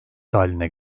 haline